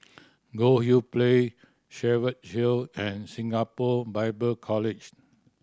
Goldhill Place Cheviot Hill and Singapore Bible College